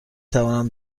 توانم